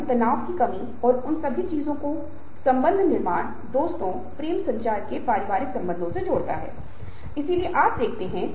हमने ऐसे उदाहरण देखे हैं जहां हर कोई हर किसी के लिए समान लगता है लेकिन एक व्यक्ति निर्णय लेता है और अपनी ऊर्जा और प्रयासों का निवेश करता है जबकि अन्य बस वापस आ जाते हैं